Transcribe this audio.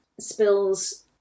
spills